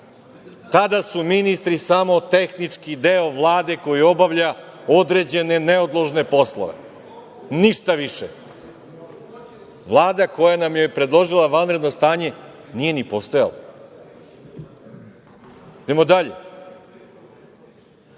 tada su ministri samo tehnički deo Vlade koji obavlja određene neodložne poslove, ništa više. Vlada koja nam je predložila vanredno stanje nije ni postojala. Idemo dalje,